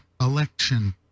election